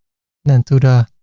then to the